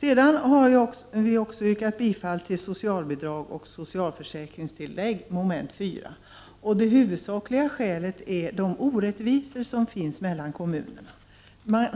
Jag yrkar, som sagt, också bifall till reservation 2 om socialbidrag och socialförsäkringstillägg, mom. 4. Det huvudsakliga skälet är de orättvisor som finns mellan kommunerna. Det